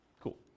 Cool